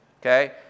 Okay